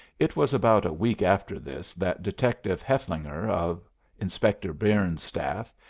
it was about a week after this that detective hefflefinger, of inspector byrnes's staff,